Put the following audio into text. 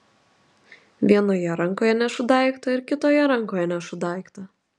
vienoje rankoje nešu daiktą ir kitoje rankoje nešu daiktą